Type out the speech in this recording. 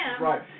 Right